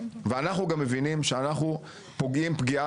ואנחנו גם מבינים שאנחנו פוגעים פגיעה